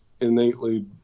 innately